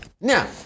now